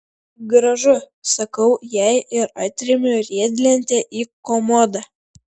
gražu sakau jai ir atremiu riedlentę į komodą